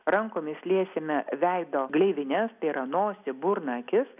rankomis liesime veido gleivines tai yra nosį burną akis